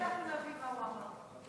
איך אנחנו נבין מה הוא אמר?